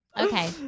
Okay